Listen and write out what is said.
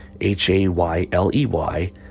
H-A-Y-L-E-Y